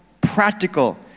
practical